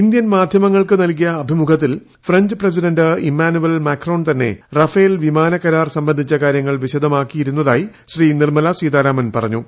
Indian മാധ്യമങ്ങൾക്ക് നൽകിയ അഭിമുഖത്തിൽ ഫ്രഞ്ച് പ്രസിഡന്റ് ഇമ്മാനുവൽ മാക്രോൺ തന്നെ റഫേൽ വിമാന കരാർ സംബന്ധിച്ച കാര്യങ്ങൾ വിശദമാക്കിയിരുന്നതായി ശ്രീ നിർമല സീതാരാമൻ പറഞ്ഞു